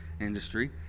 industry